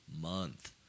month